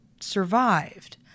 survived